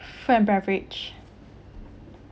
food and beverage